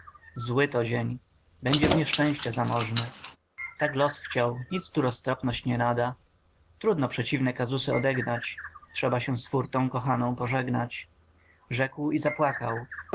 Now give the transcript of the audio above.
zły to dzień będzie w nieszczęścia zamożny tak los chciał nic tu roztropność nie nada trudno przeciwne kazusy odegnać trzeba się z fórtą kochaną pożegnać rzekł i zapłakał